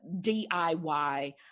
DIY